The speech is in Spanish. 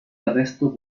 arresto